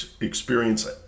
experience